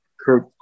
Kirk